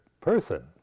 person